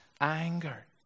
anger